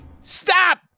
stop